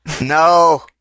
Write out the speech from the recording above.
No